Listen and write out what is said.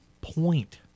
point